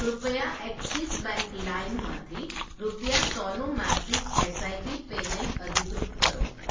કૃપયા Axis bank લાઈમમાંથી રૂપિયા સોનું માસિક એસઆઇપી પેમેંટ અધિકૃત કરો